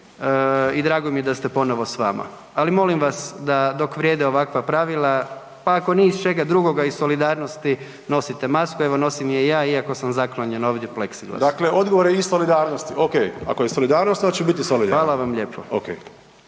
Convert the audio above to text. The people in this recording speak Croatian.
i drago mi je da ste ponovo s vama, ali molim vas da dok vrijede ovakva pravila pa ako ni iz čega drugoga iz solidarnosti nosite masku, evo nosim je i ja iako sam zaklonjen ovdje pleksiglasom. **Jandroković, Gordan (HDZ)** Hvala vam lijepo.